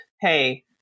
hey